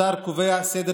השר קובע סדר